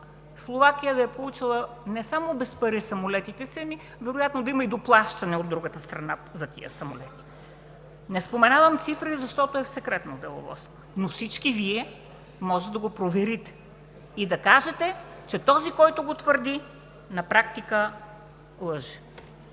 Словакия да е получила не само без пари самолетите си, ами вероятно да има доплащане от другата страна за тези самолети. Не споменавам цифри, защото е в „Секретно деловодство“, но всички, Вие може да го проверите и да кажете, че този, който го твърди, на практика лъже.